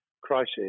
crisis